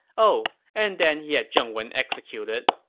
oh, and then he had zheng wen executed.